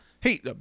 Hey